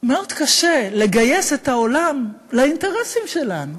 מאוד קשה לגייס את העולם לאינטרסים שלנו.